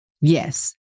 Yes